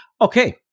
Okay